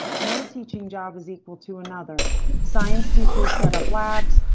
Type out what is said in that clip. know teaching job is equal to another science teachers set up labs,